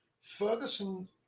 Ferguson